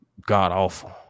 god-awful